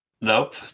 Nope